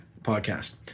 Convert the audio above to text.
podcast